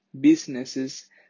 businesses